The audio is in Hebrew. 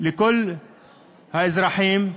לכל האזרחים.